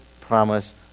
promise